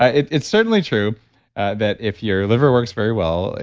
ah it's it's certainly true that if your liver works very well,